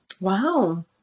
wow